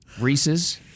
Reese's